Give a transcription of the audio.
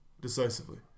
Decisively